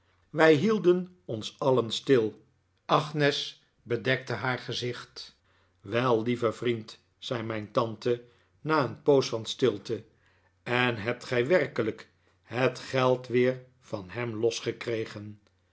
wij hielden ons alien stil agnes bedekte haar gezicht wel lieve vriend zei mijn tante na een poos van stilte en hebt gij werkelijk het geld weer van hem